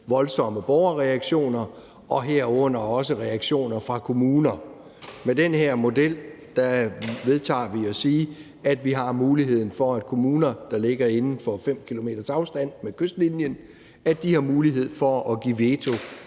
voldsomme borgerreaktioner, herunder også reaktioner fra kommuner. Med den her model vedtager vi, at vi har muligheden for, at kommuner, der ligger inden for 15 kilometers afstand til kystlinjen, har mulighed for at give veto